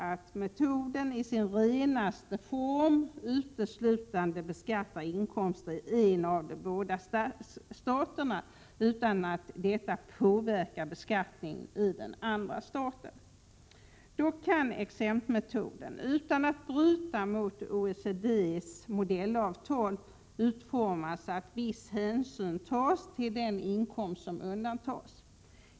Denna metod innebär i sin renaste form att inkomsterna uteslutande beskattas i en av de båda staterna, utan att det påverkar beskattningen i den andra staten. Exemptmetoden kan dock, utan att bryta mot OECD:s modellavtal, utformas så att viss hänsyn tas till den inkomst som har undantagits.